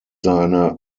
seine